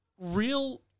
real